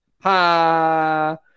ha